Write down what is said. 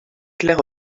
clair